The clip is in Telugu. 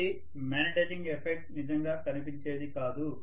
అయితే మాగ్నెటైజింగ్ ఎఫెక్ట్ నిజంగా కనిపించేది కాదు